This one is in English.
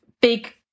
big